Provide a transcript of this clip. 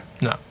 No